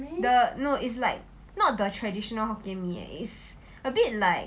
the no it's like not the traditional hokkien mee and is a bit like